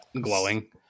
glowing